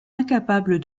incapables